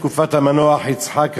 בתקופת המנוח יצחק רבין,